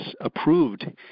approved